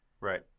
Right